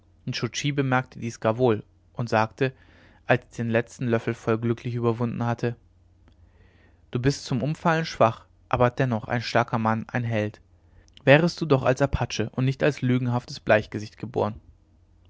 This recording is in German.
bemerkte dies gar wohl und sagte als ich den letzten löffel voll glücklich überwunden hatte du bist zum umfallen schwach aber dennoch ein starker mann ein held wärest du doch als apache und nicht als lügenhaftes bleichgesicht geboren